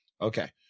Okay